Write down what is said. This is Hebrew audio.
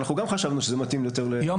אנחנו גם חשבנו שזה מתאים יותר --- יום